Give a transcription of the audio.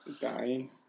Dying